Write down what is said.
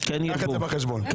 כן ירבו, ינון.